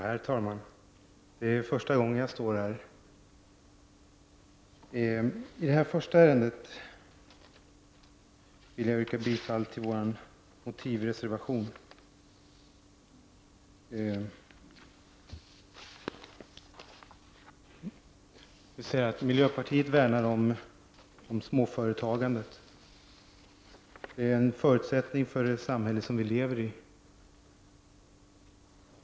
Herr talman! Det är första gången jag står här i talarstolen. Jag vill i det första ärendet från näringsutskottet yrka bifall till vår motivreservation. Miljöpartiet värnar om småföretagandet, som är en förutsättning för det samhälle vi lever i.